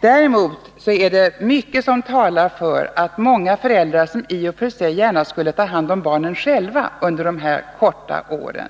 Däremot är det mycket som talar för att många föräldrar, som i och för sig gärna skulle ta hand om barnen själva under dessa få år,